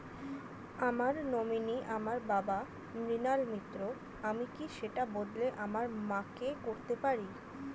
আমার নমিনি আমার বাবা, মৃণাল মিত্র, আমি কি সেটা বদলে আমার মা কে করতে পারি?